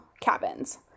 cabins